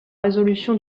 résolution